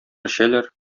эчәләр